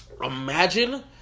Imagine